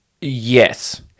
Yes